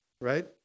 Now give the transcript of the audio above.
right